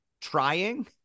trying